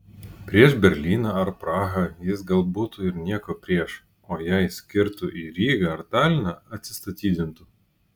prieš berlyną ar prahą jis gal būtų ir nieko prieš o jei skirtų į rygą ar taliną atsistatydintų